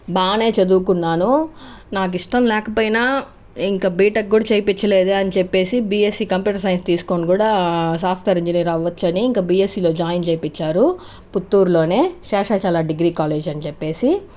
బాగా చదువుకున్నాను నాకు ఇష్టం లేకపోయినా ఇంకా బీటెక్ కూడా చేయించలేదు అని చెప్పి బీఎస్సీ కంప్యూటర్ సైన్స్ తీసుకుని కూడా సాఫ్ట్వేర్ ఇంజినీర్ అవ్వచ్చు అని ఇంకా బీఎస్సిలో జాయిన్ చేపించారు పుత్తూరులోనే శేషాచల డిగ్రీ కాలేజ్ అని చెప్పి